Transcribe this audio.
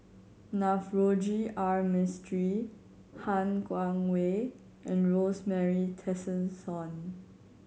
Navroji R Mistri Han Guangwei and Rosemary Tessensohn